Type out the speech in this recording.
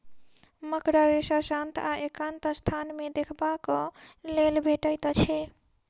मकड़ा रेशा शांत आ एकांत स्थान मे देखबाक लेल भेटैत अछि